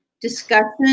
discussion